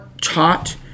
taught